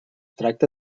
tracta